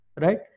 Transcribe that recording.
Right